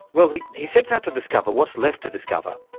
well, he he set out to discover what's left to discover.